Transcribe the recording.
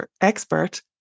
expert